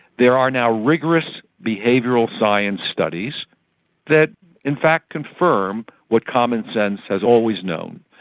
there are now rigorous behavioural science studies that in fact confirm what commonsense has always known,